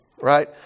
right